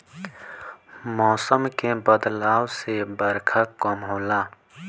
मौसम के बदलाव से बरखा कम होला